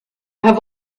have